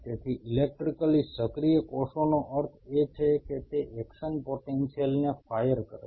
તેથી ઇલેક્ટ્રિકલી સક્રિય કોષોનો અર્થ એ છે કે તે એક્શન પોટેન્શિયલને ફાયર કરે છે